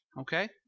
okay